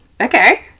Okay